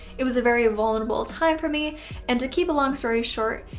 it was a very vulnerable time for me and to keep a long story short,